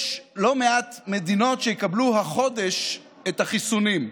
יש לא מעט מדינות שיקבלו החודש את החיסונים.